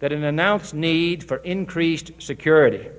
that in announce need for increased security